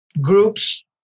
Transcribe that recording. groups